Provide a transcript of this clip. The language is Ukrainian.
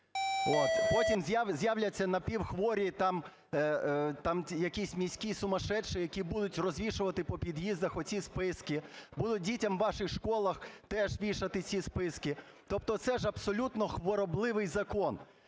Потім з'являться напівхворі там якісь міські сумасшедшие, які будуть розвішувати по під'їздах оці списки, будуть дітям в ваших школах теж вішати ці списки. Тобто це ж абсолютно хворобливий закон.